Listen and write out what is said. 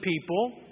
people